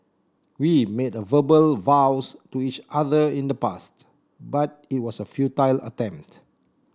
we made verbal vows to each other in the past but it was a futile attempt